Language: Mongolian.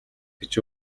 гэж